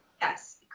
Yes